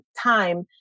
time